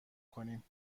کنیم